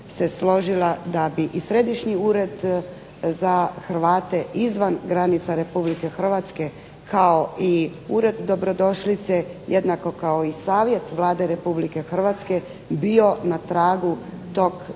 se složila da bi i Središnji ured za Hrvate izvan granica RH kao i Ured dobrodošlice jednako kao i Savjet Vlade RH bio na tragu tog